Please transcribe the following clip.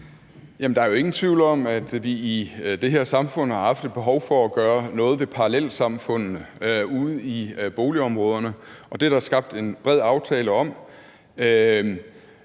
er jo ingen tvivl om, at vi i det her samfund har haft et behov for at gøre noget ved parallelsamfundene ude i boligområderne, og det er der skabt en bred aftale om.